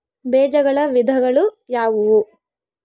ಬೇಜಗಳ ವಿಧಗಳು ಯಾವುವು?